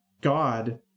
God